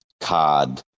card